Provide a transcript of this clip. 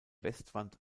westwand